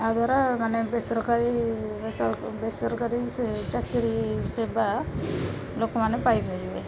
ଏହା ଦ୍ୱାରା ମାନେ ବେସରକାରୀ ବେସରକାରୀ ସେ ଚାକିରି ସେବା ଲୋକମାନେ ପାଇପାରିବେ